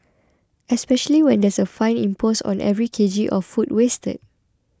especially when there's a fine imposed on every K G of food wasted